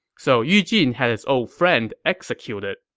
so yu jin had his old friend executed.